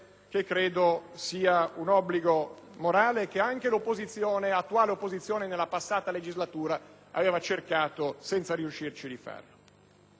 che credo rappresenti un obbligo morale cui anche l'attuale opposizione nella passata legislatura aveva cercato, senza riuscirci, di